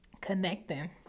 connecting